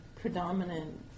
predominant